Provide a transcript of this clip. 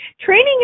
training